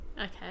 Okay